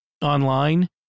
online